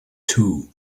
two